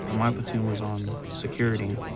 ah my platoon was on security.